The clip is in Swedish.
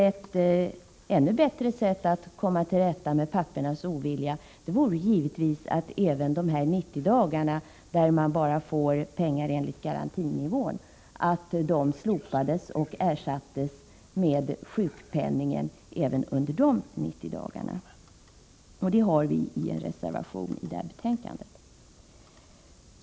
Ett ännu bättre sätt att komma till rätta med pappornas ovilja vore givetvis att regeln om att man bara får pengar enligt garantinivån under de 90 dagarna slopades och ersattes med regel om sjukpenning även under dessa 90 dagar. Det har vi föreslagit i en reservation till detta betänkande.